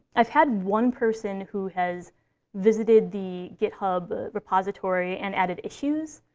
i've had one person who has visited the github repository and added issues.